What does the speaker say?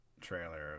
trailer